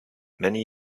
many